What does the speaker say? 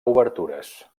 obertures